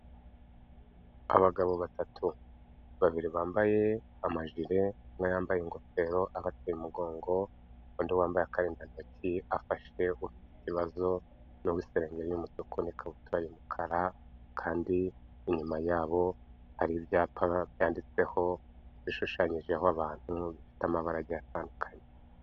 Abagabo batatu, babiri bambaye amaji umwe yambaye ingofero abateye umugongo, undi wambaye akarindantoki afashe ufite ikibazo w'isengeri y'umutuku n'ikabutura y'umukara kandi inyuma yabo hari ibyapa byanditseho bishushanyijeho abantu bifite amabara atandukanye.